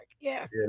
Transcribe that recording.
Yes